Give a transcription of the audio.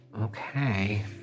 Okay